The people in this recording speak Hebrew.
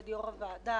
עודד יושב-ראש הוועדה,